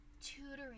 tutoring